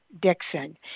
Dixon